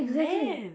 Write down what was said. exactly